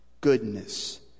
goodness